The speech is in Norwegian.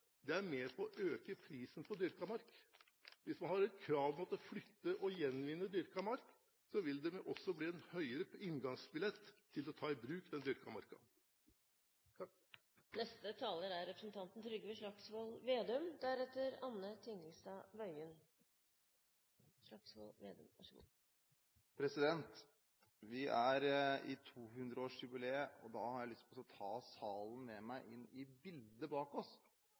Det er med på å øke prisen på dyrket mark. Hvis man har et krav om å måtte flytte og gjenvinne dyrket mark, vil det også bli en høyere inngangsbillett til å ta i bruk den dyrkede marka. Vi har et 200-årsjubileum, og da har jeg lyst til å ta salen med meg inn i bildet bak meg, av Oscar Wergeland. Mange av oss har sittet og